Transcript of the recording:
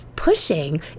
pushing